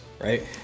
right